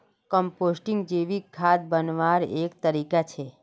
composting जैविक खाद बन्वार एक तरीका छे